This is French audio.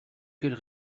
quelle